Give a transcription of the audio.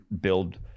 build